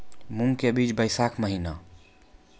मूंग के बीज बैशाख महीना